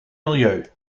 milieu